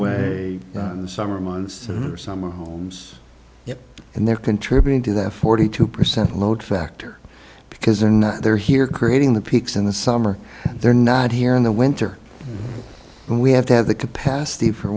way in the summer months or summer homes and they're contributing to their forty two percent load factor because they're here creating the peaks in the summer they're not here in the winter and we have to have the capacity for